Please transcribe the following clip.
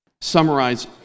summarize